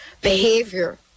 behavior